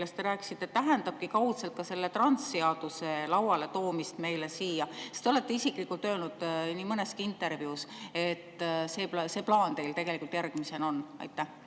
millest te rääkisite, tähendabki kaudselt ka selle transseaduse lauale toomist meile siia, sest te olete isiklikult öelnud nii mõneski intervjuus, et see plaan teil järgmisena on? Aitäh!